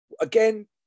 again